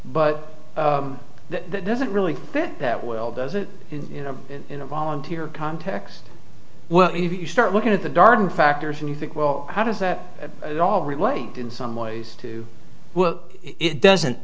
but that doesn't really fit that well does it in a in a volunteer context well if you start looking at the darden factors and you think well how does that all relate in some ways to well it doesn't